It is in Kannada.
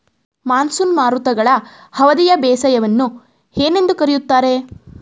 ಮಾನ್ಸೂನ್ ಮಾರುತಗಳ ಅವಧಿಯ ಬೇಸಾಯವನ್ನು ಏನೆಂದು ಕರೆಯುತ್ತಾರೆ?